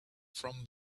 from